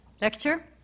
lecture